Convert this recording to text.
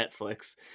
Netflix